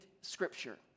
scripture